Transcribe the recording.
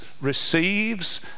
receives